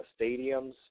stadiums